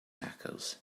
tacos